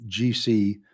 GC